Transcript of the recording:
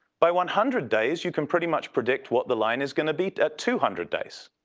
by one hundred days you can pretty much predict what the line is going to be at two hundred days.